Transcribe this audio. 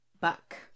Buck